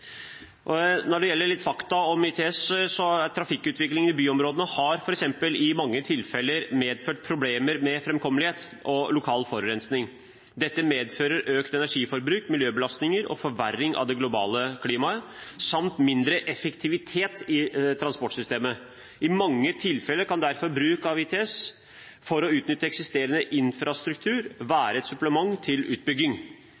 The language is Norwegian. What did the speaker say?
Litt fakta om ITS: Trafikkutviklingen i byområdene har f.eks. i mange tilfeller medført problemer med framkommelighet og lokal forurensning. Dette medfører økt energiforbruk, miljøbelastninger og forverring av det globale klimaet samt mindre effektivitet i transportsystemet. I mange tilfeller kan derfor bruk av ITS for å utnytte eksisterende infrastruktur være et supplement til utbygging.